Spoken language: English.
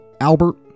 Albert